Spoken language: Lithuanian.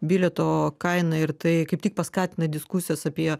bilieto kainą ir tai kaip tik paskatina diskusijas apie